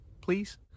please